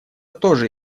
тоже